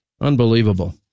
unbelievable